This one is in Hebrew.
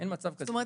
אין מצב כזה.